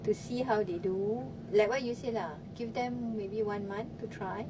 to see how they do like what you said lah give them maybe one month to try